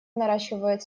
наращивают